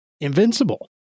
invincible